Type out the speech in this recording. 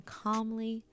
calmly